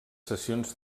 sessions